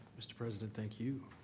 mr. president, thank you.